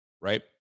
right